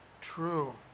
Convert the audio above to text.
true